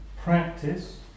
Practice